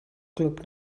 glwb